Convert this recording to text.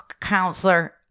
counselor